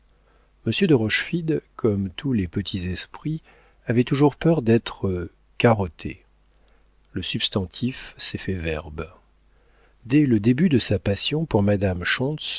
de rochefide comme tous les petits esprits avait toujours peur d'être carotté le substantif s'est fait verbe dès le début de sa passion pour madame